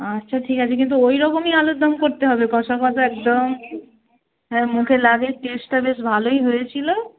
আচ্ছা ঠিক আছে কিন্তু ওই রকমই আলুর দম করতে হবে কষা কষা একদম হ্যাঁ মুখে লাগে টেস্টটা বেশ ভালোই হয়েছিলো